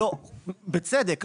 בצדק,